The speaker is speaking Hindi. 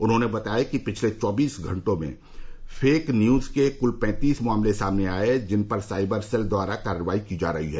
उन्होंने बताया कि पिछले चौबीस घंटों में फेक न्यूज के कृल पैंतीस मामले सामने आये जिन पर साइबर सेल द्वारा कार्रवाई की जा रही है